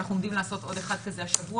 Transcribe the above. ואנחנו עומדים לעשות עוד אחד כזה השבוע